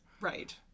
Right